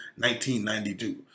1992